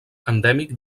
endèmic